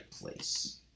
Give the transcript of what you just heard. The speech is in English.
place